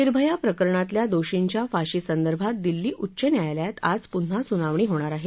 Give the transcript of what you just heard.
निर्भया प्रकरणातल्या दोषींच्या फाशी संदर्भात दिल्ली उच्च न्यायालयात आज पुन्हा सुनावणी होणार आहे